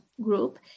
group